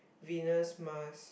Venus Mars